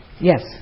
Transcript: Yes